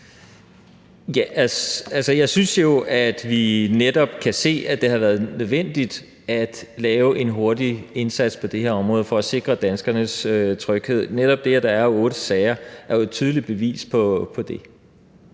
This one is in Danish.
Jeg synes jo, at vi netop kan se, at det havde været nødvendigt at lave en hurtig indsats på det her område for at sikre danskernes tryghed. Netop det, at der er otte sager, er jo et tydeligt bevis på det.